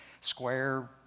square